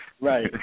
Right